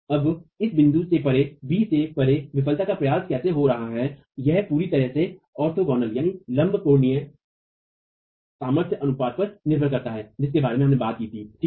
अब इस बिंदु से परे b से परे विफलता का प्रसार कैसे हो रहा है यह पूरी तरह से ऑर्थोगोनललंब कोणीय सामर्थ्य अनुपात पर निर्भर करता है जिसके बारे में हमने बात की थी ठीक है